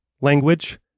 language